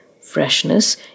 Freshness